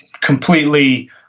completely